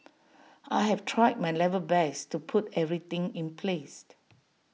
I have tried my level best to put everything in place